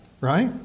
right